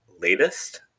latest